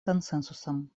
консенсусом